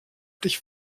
dich